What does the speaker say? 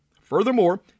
Furthermore